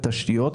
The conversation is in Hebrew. תשתיות,